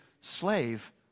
slave